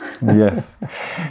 Yes